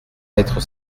être